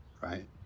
right